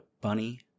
bunny